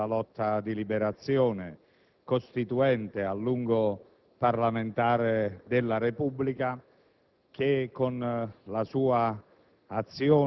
figura di partigiano, protagonista della lotta di Liberazione, costituente, a lungo parlamentare della Repubblica